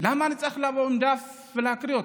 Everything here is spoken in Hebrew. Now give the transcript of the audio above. למה אני צריך לבוא עם דף ולהקריא אותו?